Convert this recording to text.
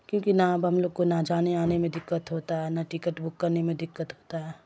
کیونکہ نہ اب ہم لوگ کو نہ جانے آنے میں دقت ہوتا ہے نہ ٹکٹ بک کرنے میں دقت ہوتا ہے